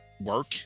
work